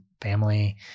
family